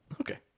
Okay